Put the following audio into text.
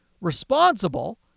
responsible